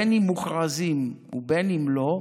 בין אם מוכרזים ובין אם לא,